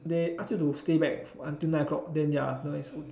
they ask you to stay back until nine o'clock then ya